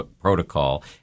protocol